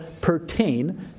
pertain